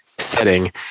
setting